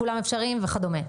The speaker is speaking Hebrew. כולם אפשריים וכדומה.